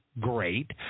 great